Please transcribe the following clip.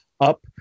up